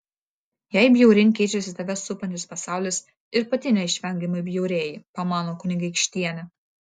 jei bjauryn keičiasi tave supantis pasaulis ir pati neišvengiamai bjaurėji pamano kunigaikštienė